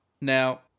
Now